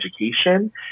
education